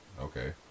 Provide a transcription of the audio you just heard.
Okay